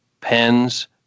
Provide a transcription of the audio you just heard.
pens